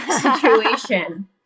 situation